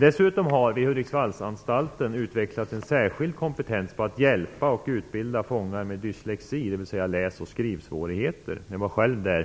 Dessutom har det vid Hudiksvallsanstalten utvecklats en särskild kompetens på att hjälpa och utbilda fångar med dyslexi, dvs. läs och skrivsvårigheter. Jag var själv där